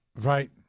Right